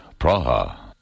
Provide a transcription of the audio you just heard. Praha